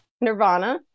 Nirvana